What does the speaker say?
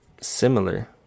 similar